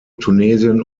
tunesien